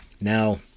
Now